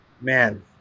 Man